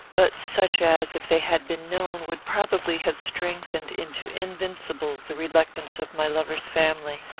but such as, if they had been known, would probably have strengthened into invincible the reluctance of my lover's family.